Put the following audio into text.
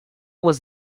was